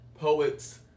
poets